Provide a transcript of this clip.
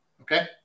Okay